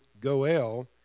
goel